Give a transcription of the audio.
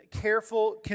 careful